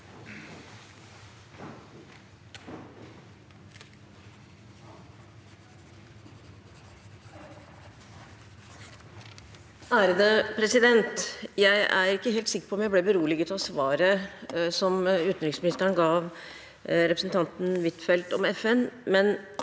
(A) Jeg er ikke helt sikker på om jeg ble beroliget av svaret som utenriksministeren ga representanten Huitfeldt om FN.